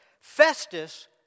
Festus